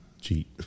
Cheat